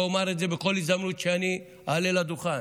ואומר את זה בכל הזדמנות שאני אעלה לדוכן: